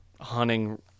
hunting –